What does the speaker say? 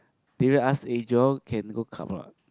Daryl will ask eh Joel can go club or not